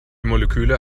moleküle